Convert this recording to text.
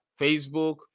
Facebook